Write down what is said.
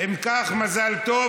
אם כך, מזל טוב.